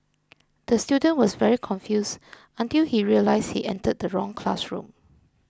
the student was very confused until he realised he entered the wrong classroom